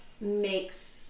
makes